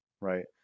right